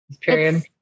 period